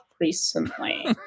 recently